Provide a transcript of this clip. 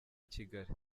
kigali